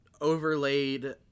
overlaid